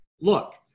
look